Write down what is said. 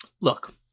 Look